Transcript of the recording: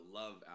love